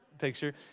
picture